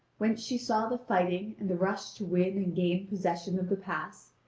whence she saw the fighting and the rush to win and gain possession of the pass,